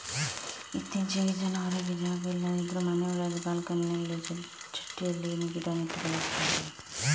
ಇತ್ತೀಚೆಗೆ ಜನ ಹೊರಗೆ ಜಾಗ ಇಲ್ಲದಿದ್ರೂ ಮನೆ ಒಳಗೆ ಬಾಲ್ಕನಿನಲ್ಲಿ ಚಟ್ಟಿಯಲ್ಲಿ ಗಿಡ ನೆಟ್ಟು ಬೆಳೆಸ್ತಾರೆ